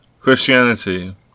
Christianity